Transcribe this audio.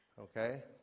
Okay